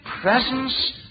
presence